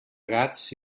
gats